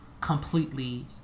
Completely